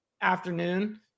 afternoon